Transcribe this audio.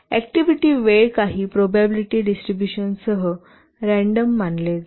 activity वेळ काही probability डिस्ट्रिब्युशनसह रँडम मानले जाते